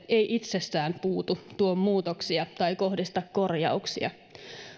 ei itsessään puutu tuo muutoksia tai kohdista korjauksia